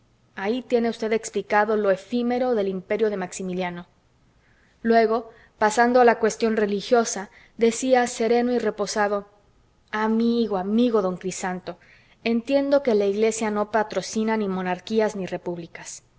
ahí tiene usted explicado lo efímero del imperio de maximiliano luego pasando a la cuestión religiosa decía sereno y reposado amigo amigo don crisanto entiendo que la iglesia no patrocina ni monarquías ni repúblicas